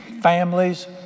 families